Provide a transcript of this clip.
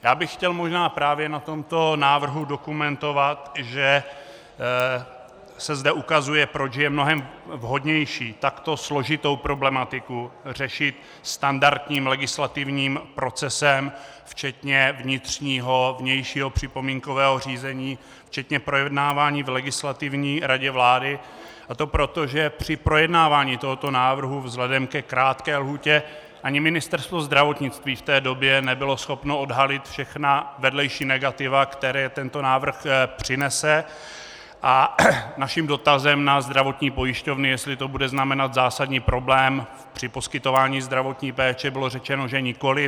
Já bych chtěl možná právě na tomto návrhu dokumentovat, že se zde ukazuje, proč je mnohem vhodnější takto složitou problematiku řešit standardním legislativním procesem, včetně vnitřního i vnějšího připomínkového řízení, včetně projednávání v Legislativní radě vlády, a to proto, že při projednávání tohoto návrhu vzhledem ke krátké lhůtě ani Ministerstvo zdravotnictví v té době nebylo schopno odhalit všechna vedlejší negativa, která tento návrh přinese, a na náš dotaz na zdravotní pojišťovny, jestli to bude znamenat zásadní problém při poskytování zdravotní péče, bylo řečeno, že nikoliv.